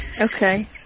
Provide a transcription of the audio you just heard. Okay